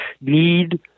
need